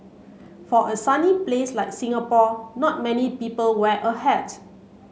for a sunny place like Singapore not many people wear a hat